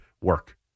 work